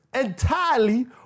entirely